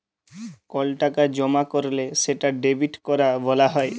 call টাকা জমা ক্যরলে সেটা ডেবিট ক্যরা ব্যলা হ্যয়